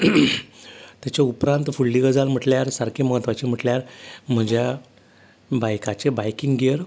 तेच्या उपरांत फुडली गजाल म्हटल्यार सारकें महत्वाचें म्हटल्यार म्हज्या बायकाचें बायकींग गियर